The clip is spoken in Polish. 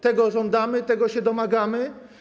Tego żądamy, tego się domagamy.